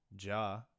Ja